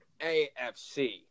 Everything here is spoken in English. AFC